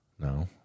No